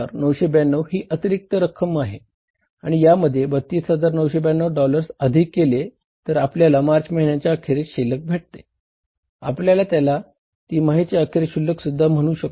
27992 ही अतिरिक्त रक्कम आहे आणि यामध्ये ही 32992 डॉलर्स अधिक केले तर आपल्याला मार्च महिन्याची अखेर शिल्लक भेटते आपण त्याला तिमाहीचे अखेर शिल्लकसुद्धा म्हणू शकतो